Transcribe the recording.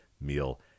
meal